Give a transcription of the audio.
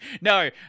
No